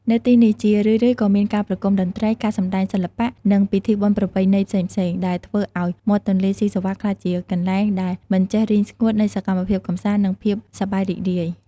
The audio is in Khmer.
នៅទីនេះ ជារឿយៗក៏មានការប្រគុំតន្ត្រី ការសំដែងសិល្បៈ និងពិធីបុណ្យប្រពៃណីផ្សេងៗ ដែលធ្វើឱ្យមាត់ទន្លេសុីសុវត្ថិក្លាយជាកន្លែងដែលមិនចេះរីងស្ងួតនៃសកម្មភាពកម្សាន្ដ និងភាពសប្បាយរីករាយ។